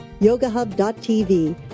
yogahub.tv